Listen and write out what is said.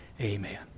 Amen